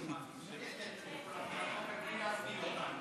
אני פה בשביל להציג את הצעת החוק